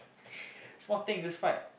small thing just fight